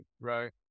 right